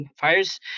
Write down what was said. fires